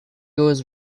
was